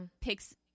picks